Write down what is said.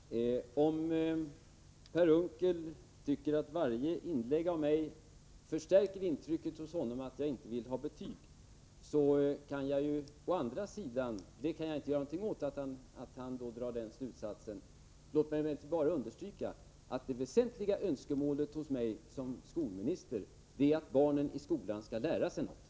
Herr talman! Per Unckel tycker att varje inlägg av mig förstärker intrycket hos honom att jag inte vill ha betyg. Jag kan inte göra någonting åt det faktum att han drar den slutsatsen. Låt mig emellertid bara understryka att det väsentliga önskemålet hos mig som skolminister är att barnen i skolan skall lära sig någonting.